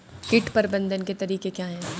कीट प्रबंधन के तरीके क्या हैं?